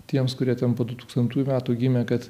tiems kurie ten po du tūkstantųjų metų gimė kad